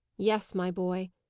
yes, my boy.